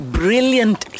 brilliant